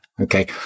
Okay